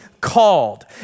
Called